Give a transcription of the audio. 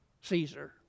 Caesar